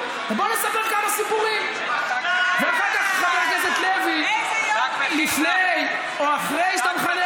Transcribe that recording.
תסביר מה זה שייך לציוץ שלך.